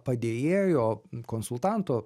padėjėjo konsultanto